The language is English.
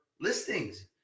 listings